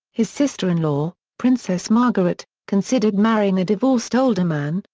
his sister-in-law, princess margaret, considered marrying a divorced older man,